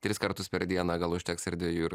tris kartus per dieną gal užteks ir dviejų ir